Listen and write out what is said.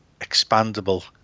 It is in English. Expandable